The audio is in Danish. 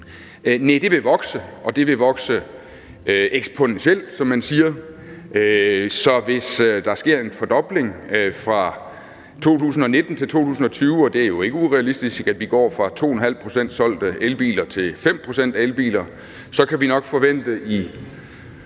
Næh, det vil vokse, og det vil vokse eksponentielt, som man siger. Så hvis der sker en fordobling fra 2019 til 2020, og det er jo ikke urealistisk, at vi går fra 2½ pct. til 5 pct. solgte elbiler, så kan vi nok forvente i